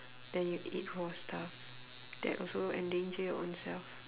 then you eat raw stuff that also endanger your ownself